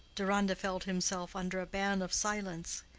deronda felt himself under a ban of silence.